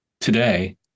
today